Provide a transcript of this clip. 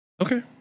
Okay